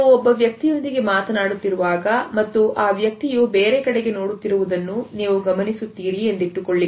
ನೀವು ಒಬ್ಬ ವ್ಯಕ್ತಿಯೊಂದಿಗೆ ಮಾತನಾಡುತ್ತಿರುವಾಗ ಮತ್ತು ಆ ವ್ಯಕ್ತಿಯು ಬೇರೆ ಕಡೆಗೆ ನೋಡುತ್ತಿರುವುದನ್ನು ನೀವು ಗಮನಿಸುತ್ತೀರಿ ಎಂದಿಟ್ಟುಕೊಳ್ಳಿ